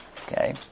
Okay